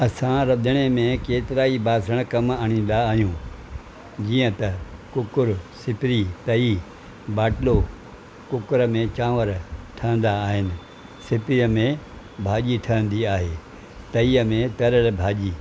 असां रंधिणे में केतिरा ई बासण कमु आणींदा आहियूं जीअं त कूकरु सिप्री तई ॿाटिलो कूकरु में चांवर ठहंदा आहिनि सिपिरीय में भाॼी ठहंदी आहे तईअ में तरियल भाॼी